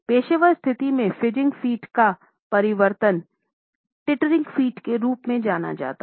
पेशेवर स्थिति में फ़िडगेटिंग फुट के रूप में जाना जाता है